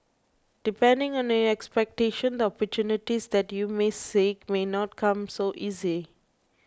depending on your expectations the opportunities that you may seek may not come so easy